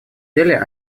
деле